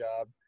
job